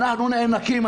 ואנחנו נאנקים,